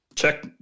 Check